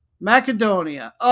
Macedonia